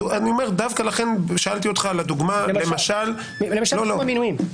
דווקא לכן שאלתי אותך על הדוגמה --- למשל כמו במינויים.